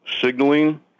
Signaling